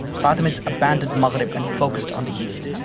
fatimids abandoned maghreb and focused on the east.